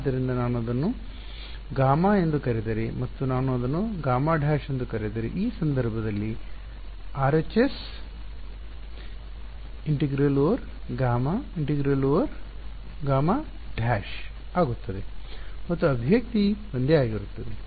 ಆದ್ದರಿಂದ ನಾನು ಇದನ್ನು Γ ಎಂದು ಕರೆದರೆ ಮತ್ತು ನಾನು ಇದನ್ನು Γ′ ಎಂದು ಕರೆದರೆ ಆ ಸಂದರ್ಭದಲ್ಲಿ RHS integral over gamma - integral over gamma dash ಆಗುತ್ತದೆ ಮತ್ತು ಅಭಿವ್ಯಕ್ತಿ ಒಂದೇ ಆಗಿರುತ್ತದೆ